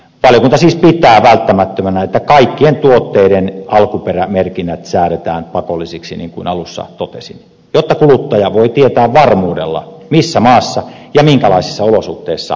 valiokunta siis pitää välttämättömänä että kaikkien tuotteiden alkuperämerkinnät säädetään pakollisiksi niin kuin alussa totesin jotta kuluttaja voi tietää varmuudella missä maassa ja minkälaisissa olosuhteissa ruoka tuotetaan